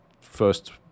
first